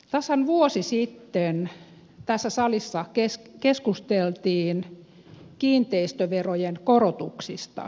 tasan vuosi sitten tässä salissa keskusteltiin kiinteistöverojen korotuksista